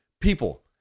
people